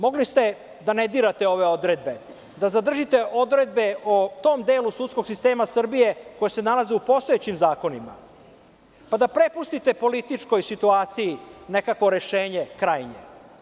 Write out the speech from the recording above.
Mogli ste da ne dirate ove odredbe, da zadržite odredbe o tom delu sudskog sistema Srbije koje se nalaze u postojećim zakonima, pa da prepustite političkoj situaciji nekakvo krajnje rešenje.